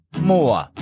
more